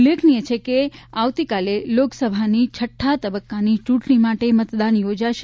ઉલ્લેખનીય છે કે આવતીકાલે લોકસભાની છઠ્ઠા તબક્કાની ચ્રંટણી માટે મતદાન યોજાશે